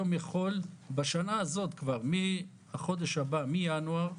בשנה הזאת כבר, מינואר,